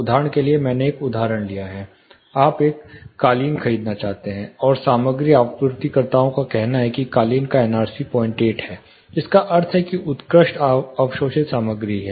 उदाहरण के लिए मैंने एक उदाहरण दिया है आप एक कालीन खरीदना चाहते हैं और सामग्री आपूर्तिकर्ताओं का कहना है कि कालीन का एनआरसी 08 है जिसका अर्थ है कि यह उत्कृष्ट अवशोषित सामग्री है